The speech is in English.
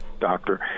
doctor